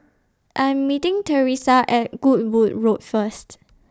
I Am meeting Teresa At Goodwood Road First